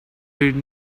read